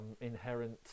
inherent